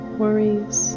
worries